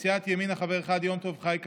סיעת ימינה, חבר אחד, יום טוב חי כלפון,